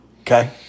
Okay